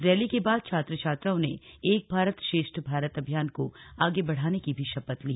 rally के बाद छात्र छात्राओं ने एक भारत श्रेष्ठ भारत अभियान को आगे बढ़ाने की शपथ भी ली